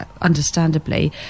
understandably